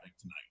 tonight